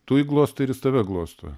tu jį glostai ir jis tave glosto